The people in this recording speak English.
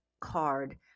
card